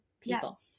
people